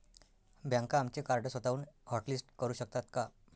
बँका आमचे कार्ड स्वतःहून हॉटलिस्ट करू शकतात का?